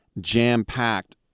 jam-packed